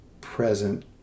present